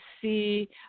see